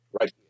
right